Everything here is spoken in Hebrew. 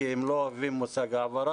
כי הם לא אוהבים את המושג העברה,